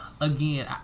again